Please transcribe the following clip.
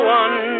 one